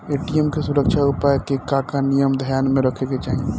ATM के सुरक्षा उपाय के का का नियम ध्यान में रखे के चाहीं?